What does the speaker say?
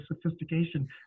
sophistication